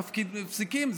מפסקים,